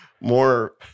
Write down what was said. more